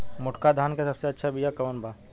मोटका धान के सबसे अच्छा बिया कवन बा?